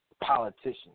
politicians